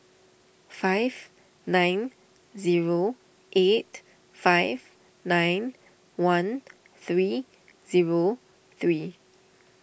five nine zero eight five nine one three zero three